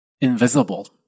invisible